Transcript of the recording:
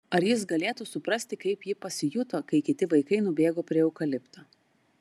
ar jis galėtų suprasti kaip ji pasijuto kai kiti vaikai nubėgo prie eukalipto